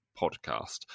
podcast